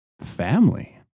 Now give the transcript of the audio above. family